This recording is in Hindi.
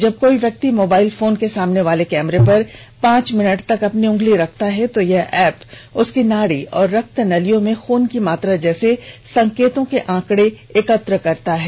जब कोई व्यक्ति मोबाइल फोन के सामने वाले कैमरे पर पांच मिनट तक अपनी उंगली रखता है तो यह ऐप उसकी नाड़ी और रक्त नालियों में खून की मात्रा जैसे संकेतों के आंकड़े एकत्र करता है